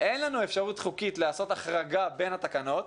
אין לנו אפשרות חוקית לעשות החרגה בין התקנות.